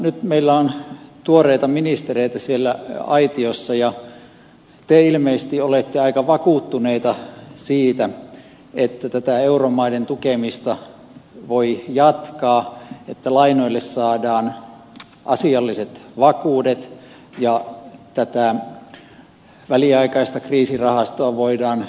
nyt meillä on tuoreita ministereitä siellä aitiossa ja te ilmeisesti olette aika vakuuttuneita siitä että tätä euromaiden tukemista voi jatkaa että lainoille saadaan asialliset vakuudet ja tätä väliaikaista kriisirahastoa voidaan kaksinkertaistaa